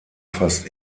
fast